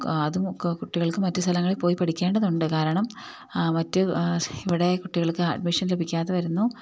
അതുമൊക്കെ കുട്ടികൾക്ക് മറ്റു സ്ഥലങ്ങളിൽ പോയി പഠിക്കേണ്ടതുണ്ട് കാരണം മറ്റ് ഇവിടെ കുട്ടികൾക്ക് അഡ്മിഷൻ ലഭിക്കാതെ വരുന്നു